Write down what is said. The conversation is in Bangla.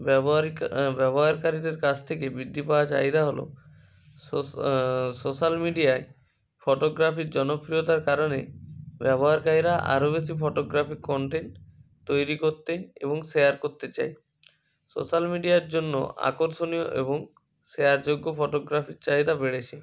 ব্যবহারিক ব্যবহারকারীদের কাছ থেকে বৃদ্ধি পাওয়া চাহিদা হলো সোশ্যা সোশ্যাল মিডিয়ায় ফটোগ্রাফির জনপ্রিয়তার কারণে ব্যবহারকারীরা আরো বেশি ফোটোগ্রাফি কনটেন্ট তৈরি করতে এবং শেয়ার করতে চায় সোশ্যাল মিডিয়ার জন্য আকর্ষণীয় এবং শেয়ার যোগ্য ফটোগ্রাফির চাহিদা বেড়েছে